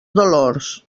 dolors